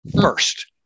first